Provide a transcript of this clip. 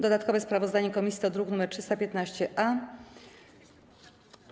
Dodatkowe sprawozdanie komisji to druk nr 315-A.